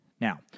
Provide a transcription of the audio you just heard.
Now